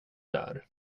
där